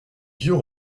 vieux